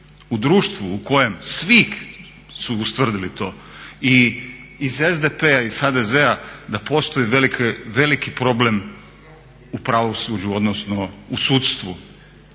u društvu u kojem svi su ustvrdili to i iz SDP-a, iz HDZ-a da postoji veliki problem u pravosuđu odnosno u sudstvu,